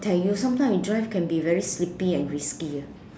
tell you sometime you drive can be very sleepy and risky ah